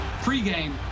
pregame